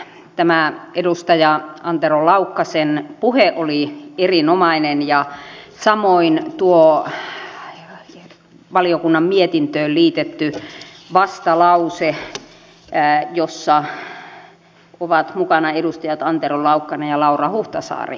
tämä edustaja antero laukkasen puhe oli erinomainen samoin tuo valiokunnan mietintöön liitetty vastalause jossa ovat mukana edustajat antero laukkanen ja laura huhtasaari kiitos siitä